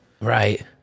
Right